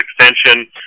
extension